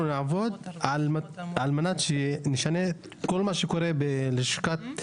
נעבוד על מנת שנשנה את כל מה שקורה בלשכת